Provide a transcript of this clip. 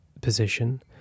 Position